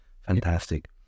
Fantastic